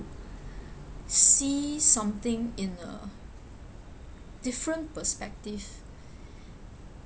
see something in a different perspective